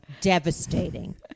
devastating